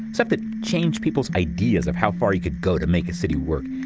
stuff that changed people's ideas of how far you could go to make a city work.